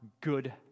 Good